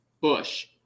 Bush